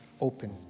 open